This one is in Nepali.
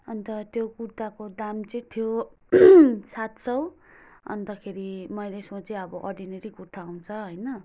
अन्त त्यो कुर्ताको दाम चाहिँ थियो सात सय अन्तखेरि मैले सोचेँ अब अर्डिनेरी कुर्ता हुुन्छ होइन